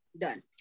done